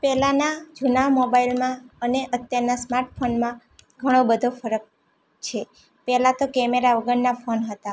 પહેલાના જૂના મોબાઇલમાં અને અત્યારના સ્માર્ટ ફોનમાં ઘણો બધો ફરક છે પહેલાં તો કેમેરા વગરના ફોન હતા